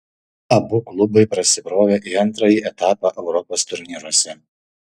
abu klubai prasibrovė į antrąjį etapą europos turnyruose